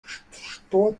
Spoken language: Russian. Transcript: что